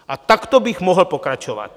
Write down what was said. A takto bych mohl pokračovat.